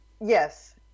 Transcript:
yes